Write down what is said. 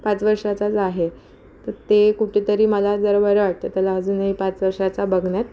पाच वर्षाचाच आहे तर ते कुठेतरी मला जर बरं वाटतं त्याला अजूनही पाच वर्षाचा बघण्यात